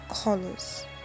colors